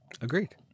Agreed